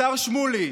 השר שמולי,